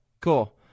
cool